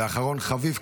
ואחרון חביב,